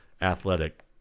athletic